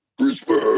Respect